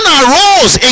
arose